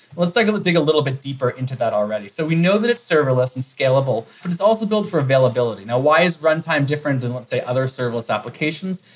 let's take a look, dig a little bit deeper into that already. so we know that it's serverless and scalable and it's also built for availability. now why is runtime different than, let's say, other serverless applications?